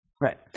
right